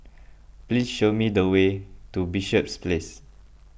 please show me the way to Bishops Place